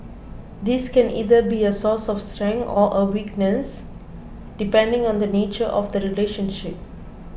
this can either be a source of strength or a weakness depending on the nature of the relationship